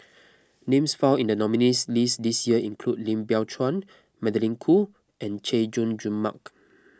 names found in the nominees' list this year include Lim Biow Chuan Magdalene Khoo and Chay Jung Jun Mark